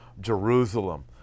Jerusalem